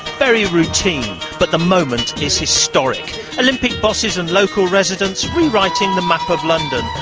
very routine, but the moment is historic olympic bosses and local residents rewriting the map of london,